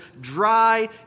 dry